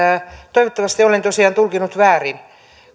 toivottavasti olen tosiaan tulkinnut väärin